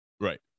Right